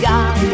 God